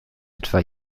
etwa